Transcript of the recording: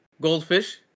goldfish